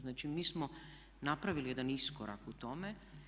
Znači, mi smo napravili jedan iskorak u tome.